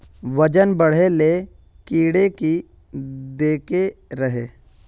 वजन बढे ले कीड़े की देके रहे?